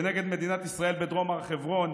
כנגד מדינת ישראל בדרום הר חברון.